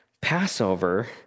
Passover